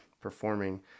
performing